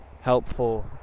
helpful